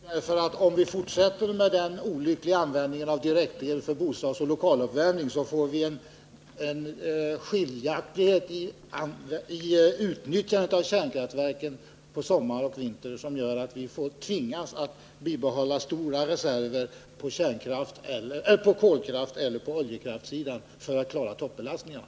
Herr talman! Det är inte avgjort. Om vi fortsätter med den olyckliga användningen av direkt-el för bostadsoch lokaluppvärmning får vi en skiljaktighet i utnyttjandet av kärnkraftverken på sommar och vinter som gör att vi tvingas bibehålla stora reserver på koleller oljekraftssidan för att klara toppbelastningarna.